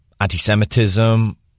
Anti-Semitism